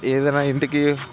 ఏదన్నా ఇంటికి